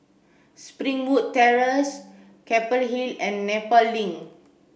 Springwood Terrace Keppel Hill and Nepal Link